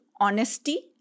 Honesty